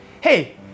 hey